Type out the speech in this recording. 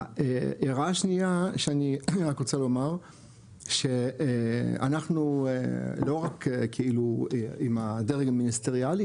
הערה שנייה שאני רק רוצה לומר שאנחנו לא רק כאילו עם הדרג המיניסטריאלי,